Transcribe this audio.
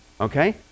okay